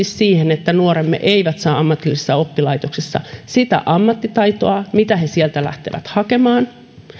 siihen että nuoremme eivät saa ammatillisessa oppilaitoksessa sitä ammattitaitoa mitä he sieltä lähtevät hakemaan